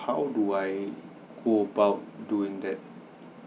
how do I go about doing that